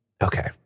Okay